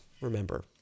remember